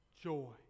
joy